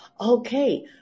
Okay